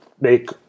make